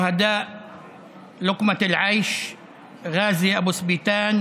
(אומר בערבית: קורבנות תאונת העבודה ראזי אבו סביתאן,